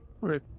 Right